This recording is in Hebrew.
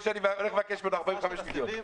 שאני הולך לבקש ממנו 45 מיליון שקל.